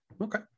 okay